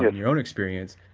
your own experience,